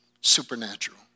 supernatural